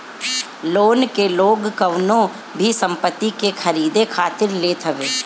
loan के लोग कवनो भी संपत्ति के खरीदे खातिर लेत हवे